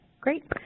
great